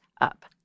up